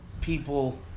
people